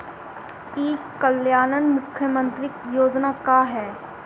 ई कल्याण मुख्य्मंत्री योजना का है?